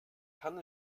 kann